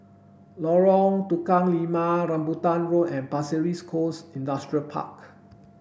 Lorong Tukang Lima Rambutan Road and Pasir Ris Coast Industrial Park